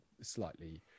slightly